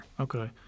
Okay